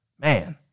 Man